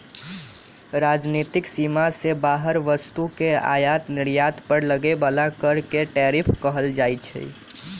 राजनीतिक सीमा से बाहर वस्तु के आयात निर्यात पर लगे बला कर के टैरिफ कहल जाइ छइ